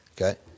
Okay